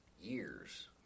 years